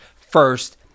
first